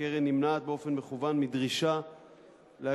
הקרן נמנעת באופן מכוון מדרישה להגיש